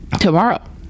tomorrow